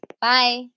Bye